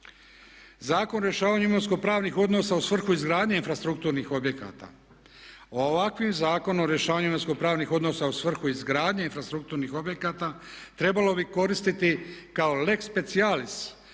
Zakon o rješavanju imovinsko-pravnih odnosa u svrhu izgradnje infrastrukturnih objekata. O ovakvom Zakonu o rješavanju imovinsko-pravnih odnosa u svrhu izgradnje infrastrukturnih objekata trebalo bi koristiti kao lex specialis,